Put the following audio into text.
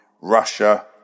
Russia